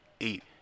eight